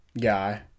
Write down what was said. guy